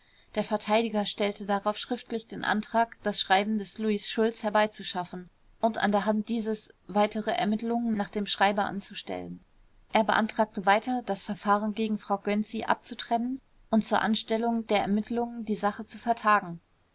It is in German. der verteidiger stellte darauf schriftlich den antrag das schreiben des louis schulz herbeizuschaffen und an der hand dieses weitere ermittelungen nach dem schreiber anzustellen er beantragte weiter das verfahren gegen frau gönczi abzutrennen und zur anstellung der ermittelungen die sache zu vertagen